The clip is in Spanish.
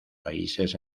países